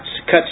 cuts